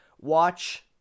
watch